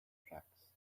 tracks